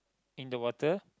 in the water